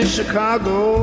Chicago